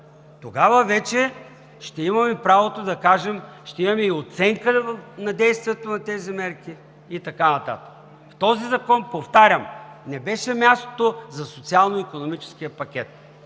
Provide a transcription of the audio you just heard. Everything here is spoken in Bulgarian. Тогава вече ще имаме правото да кажем, ще имаме и оценка на действието на тези мерки и така нататък. Този закон, повтарям, не беше мястото за социално-икономическия пакет.